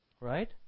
right